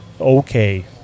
okay